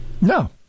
No